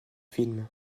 film